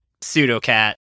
pseudo-cat